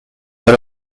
pas